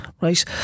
right